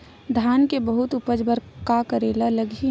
धान के बहुत उपज बर का करेला लगही?